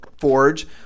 forge